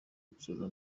kuzaza